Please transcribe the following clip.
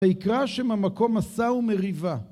ויקרא שם המקום מסה ומריבה